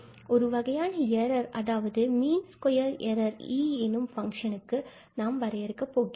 ஒரு வகையான ஏரர் அதாவது மீன் ஸ்கொயர் எரர் E எனும் ஃபங்ஷனுக்கு வரையறுக்க போகிறோம்